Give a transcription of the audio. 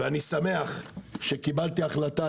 צביקה, אני שמח שקיבלתי החלטה